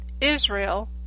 Israel